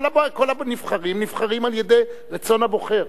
כל הנבחרים נבחרים על-ידי רצון הבוחר.